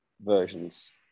versions